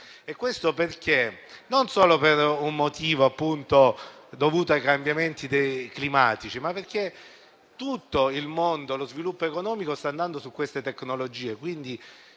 Questo non solo per un motivo legato ai cambiamenti climatici, ma perché tutto il mondo e lo sviluppo economico stanno andando su queste tecnologie,